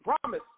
promise